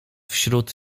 wśród